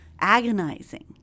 agonizing